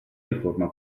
riforma